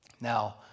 Now